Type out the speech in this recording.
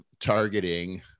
targeting